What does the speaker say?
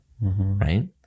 right